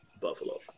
Buffalo